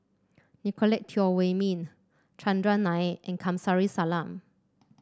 Nicolette Teo Wei Min Chandran Nair and Kamsari Salam